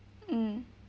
mm